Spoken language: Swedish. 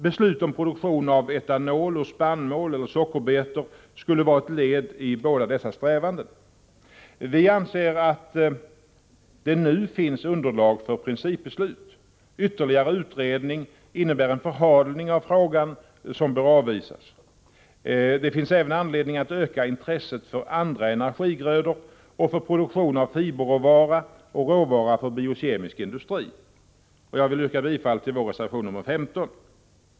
Beslut om produktion av etanol ur spannmål eller sockerbetor skulle vara ett led i båda dessa strävanden. Vi anser att det nu finns underlag för principbeslut. Ytterligare utredning innebär en förhalning av frågan och bör avvisas. Det finns även anledning att öka intresset för andra energigrödor och för produktion av fiberråvara och råvara för biokemisk industri. Jag yrkar bifall till vår reservation nr 15.